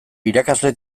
irakasle